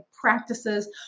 practices